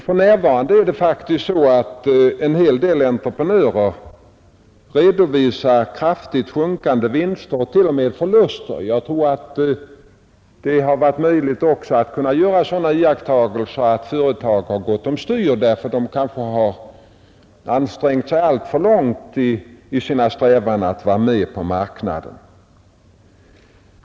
För närvarande är det faktiskt så att en hel del entreprenörer redovisar kraftigt sjunkande vinster och t.o.m. förluster. Jag tror att man också kommer att göra den iakttagelsen att företag gått över styr därför att de överansträngt sig i sin strävan att vara med på marknaden.